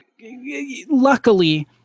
luckily